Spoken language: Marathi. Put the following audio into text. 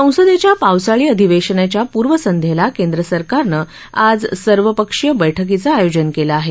संसदेच्या पावसाळी अधिवेशनाच्या पूर्वसंध्येला केंद्र सरकारनं आज सर्वपक्षीय बैठकीचं आयोजन केलं आहे